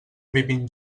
vivim